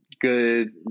Good